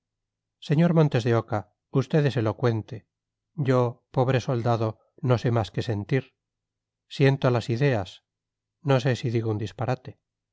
de montes de oca usted es elocuente yo pobre soldado no sé más que sentir siento las ideas no sé si digo un disparate